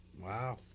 Wow